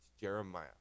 Jeremiah